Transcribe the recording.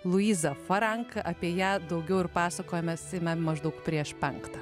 luiza frank apie ją daugiau ir pasakosime maždaug prieš penktą